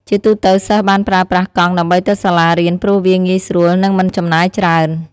ជាទូទៅសិស្សបានប្រើប្រាស់កង់ដើម្បីទៅសាលារៀនព្រោះវាងាយស្រួលនិងមិនចំណាយច្រើន។